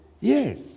yes